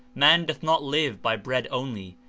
man doth not live by bread only,